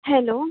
hello